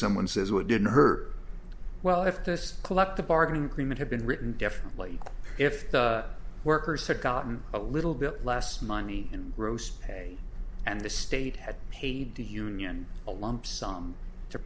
someone says why didn't her well if this collective bargaining agreement had been written differently if the workers had gotten a little bit less money and roast and the state had paid the union a lump sum to